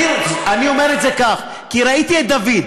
אני אומר את זה כך, כי ראיתי את דוד.